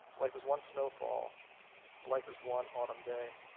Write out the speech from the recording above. life is one snowfall, a life is one autumn day.